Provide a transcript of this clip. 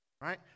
right